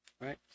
Right